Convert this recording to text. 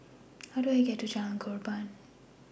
How Do I get to Jalan Korban